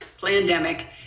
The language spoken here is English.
pandemic